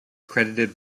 credited